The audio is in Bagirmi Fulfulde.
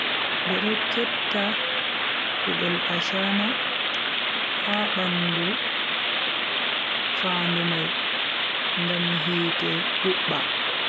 Be do ketta kudol ashana ha bandu fandu mai ngam hite hubba